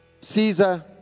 Caesar